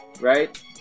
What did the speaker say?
right